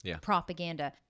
propaganda